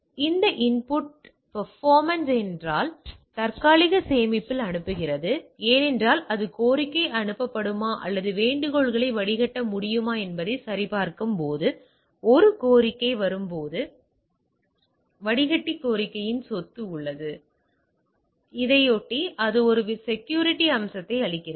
ஒன்று அந்த input performance ஏனென்றால் அது தற்காலிக சேமிப்பில் அனுப்புகிறது ஏனென்றால் அது கோரிக்கை அனுப்பப்படுமா அல்லது வேண்டுகோளை வடிகட்ட முடியுமா என்பதைச் சரிபார்க்கும்போது ஒரு கோரிக்கை வரும்போது வடிகட்டி கோரிக்கையின் சொத்து உள்ளது இதையொட்டி அது ஒருவித செக்யூரிட்டி அம்சத்தை அளிக்கிறது